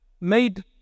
made